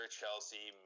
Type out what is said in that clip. Chelsea